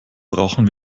brauchen